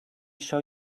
show